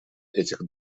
этих